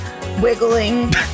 wiggling